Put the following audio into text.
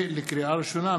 לקריאה ראשונה,